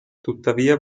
tuttavia